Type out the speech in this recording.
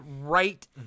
right